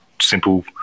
simple